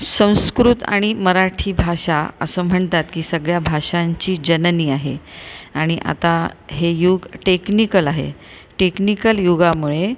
संस्कृत आणि मराठी भाषा असं म्हणतात की सगळ्या भाषांची जननी आहे आणि आता हे युग टेक्निकल आहे टेक्निकल युगामुळे